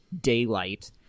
daylight